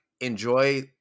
enjoy